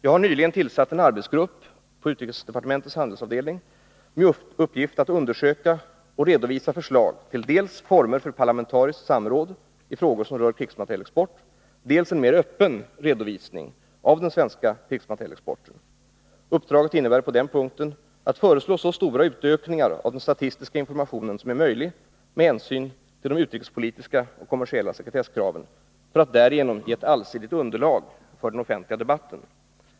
Jag har nyligen tillsatt en arbetsgrupp på utrikesdepartementets handelsavdelning med uppgift att undersöka och redovisa förslag till dels former för parlamentariskt samråd i frågor som rör krigsmaterielexport, dels en mer öppen redovisning av den svenska krigsmaterielexporten. Uppdraget innebär på denna punkt att föreslå så stora utökningar av statistisk information som är möjlig med hänsyn till de utrikespolitiska och kommersiella sekretesskraven för att därigenom ge ett allsidigt underlag för den offentliga debatten.